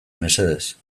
mesedez